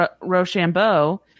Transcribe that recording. Rochambeau